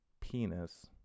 penis